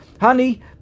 honey